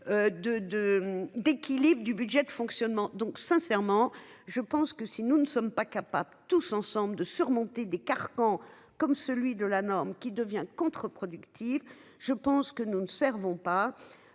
d'équilibre du budget de fonctionnement. Donc sincèrement je pense que si nous ne sommes pas capables tous ensemble de surmonter des carcans comme celui de la norme qui devient contreproductive. Je pense que nous ne servons pas.